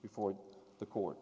before the court